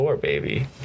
baby